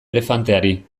elefanteari